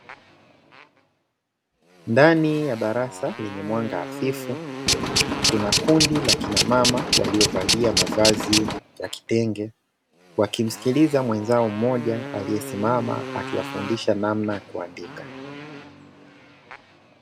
Ndani ya darasa lenye mwanga hafifu kuna kundi la kina mama waliovalia mavazi ya kitenge wakimsikiliza mwenzao mmoja aliyesimama akiwafundisha namna ya kuandika.